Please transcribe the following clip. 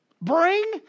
Bring